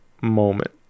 moment